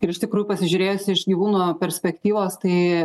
ir iš tikrųjų pasižiūrėjus iš gyvūno perspektyvos tai